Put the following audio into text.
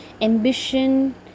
ambition